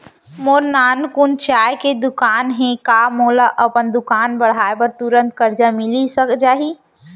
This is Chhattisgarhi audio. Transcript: मोर नानकुन चाय के दुकान हे का मोला अपन दुकान बढ़ाये बर तुरंत करजा मिलिस जाही?